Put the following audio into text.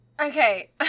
Okay